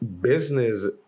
business